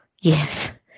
yes